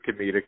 comedic